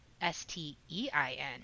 S-T-E-I-N